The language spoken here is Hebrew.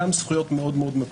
גם מאוד מקובלות,